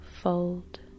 fold